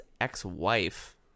ex-wife